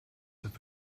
have